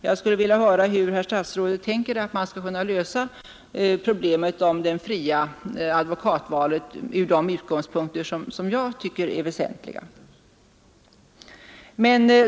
Jag skulle vilja höra hur herr statsrådet tänker att man skall kunna lösa problemet om det fria advokatvalet utifrån de utgångspunkter som jag tycker är väsentliga.